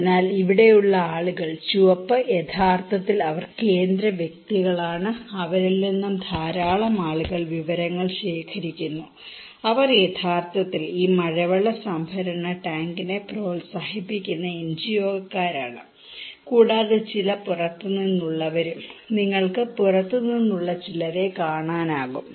അതിനാൽ ഇവിടെയുള്ള ആളുകൾ ചുവപ്പ് യഥാർത്ഥത്തിൽ അവർ കേന്ദ്ര വ്യക്തിയാണ് അവരിൽ നിന്ന് ധാരാളം ആളുകൾ വിവരങ്ങൾ ശേഖരിക്കുന്നു അവർ യഥാർത്ഥത്തിൽ ഈ മഴവെള്ള സംഭരണ ടാങ്കിനെ പ്രോത്സാഹിപ്പിക്കുന്ന എൻജിഒക്കാരാണ് കൂടാതെ ചില പുറത്തുനിന്നുള്ളവരും നിങ്ങൾക്ക് പുറത്ത് നിന്നുള്ള ചിലരെ കാണാം